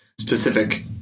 specific